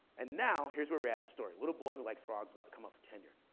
and now, here's where we're at in the story. little boy who likes frogs about to come up for tenure.